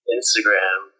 Instagram